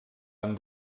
han